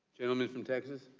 gentleman from texas?